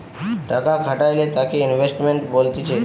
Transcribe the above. টাকা খাটাইলে তাকে ইনভেস্টমেন্ট বলতিছে